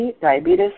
diabetes